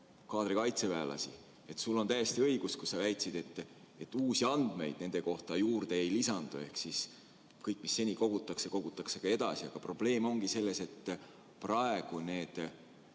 kaadrikaitseväelasi. Sul oli täiesti õigus, kui sa väitsid, et uusi andmeid nende kohta ei lisandu, ehk siis kõike, mida seni kogutakse, kogutakse ka edaspidi. Aga probleem ongi selles, et praegu on need